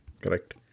Correct